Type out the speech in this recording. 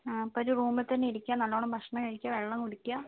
ആ അപ്പോഴൊരു റൂമിൽ തന്നെ ഇരിക്കുക നല്ലോണം ഭക്ഷണം കഴിക്കുക വെള്ളം കുടിക്കുക